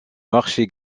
marché